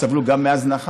שסבלו גם מהזנחה.